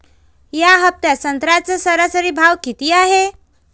या हफ्त्यात संत्र्याचा सरासरी भाव किती हाये?